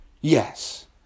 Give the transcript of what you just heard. yes